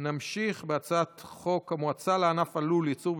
אני קובע כי הצעת חוק לעידוד מחקר,